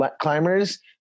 climbers